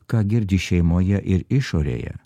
ką girdi šeimoje ir išorėje